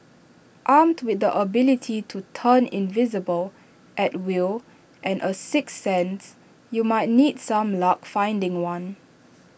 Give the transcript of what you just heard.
armed with the ability to turn invisible at will and A sixth sense you might need some luck finding one